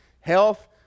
health